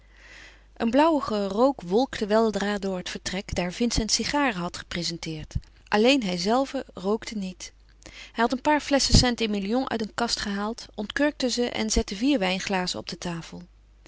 een blauwige rook wolkte weldra door het vertrek daar vincent sigaren had geprezenteerd alleen hijzelve rookte niet hij had een paar flesschen st emilion uit een kast gehaald ontkurkte ze en zette vier wijnglazen op de tafel